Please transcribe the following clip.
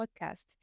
podcast